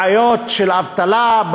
בעיות של אבטלה,